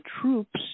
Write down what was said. troops